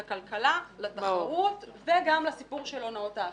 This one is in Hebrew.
לכלכלה, לתחרות וגם לסיפור של הונאות האשראי.